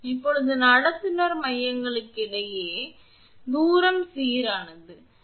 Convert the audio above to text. இப்போது நடத்துனர் மையங்களுக்கிடையேயான தூரம் சீரானது எனவே 𝐷𝑒𝑞 2 0